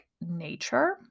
nature